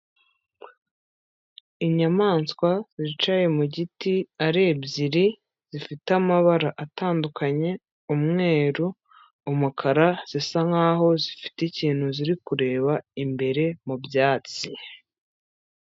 Inyamaswa zicaye mu giti ari ebyiri zifite amabara atandukanye umweru, umukara, zisa nkaho zifite ikintu ziri kureba imbere mu byatsi.